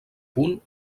punt